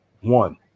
one